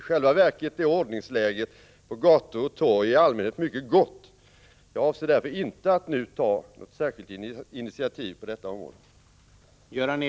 I själva verket är ordningsläget på gator och torg i allmänhet mycket gott. Jag avser därför inte att nu ta något särskilt initiativ på detta område.